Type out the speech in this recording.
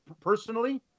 personally